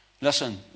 Listen